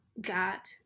got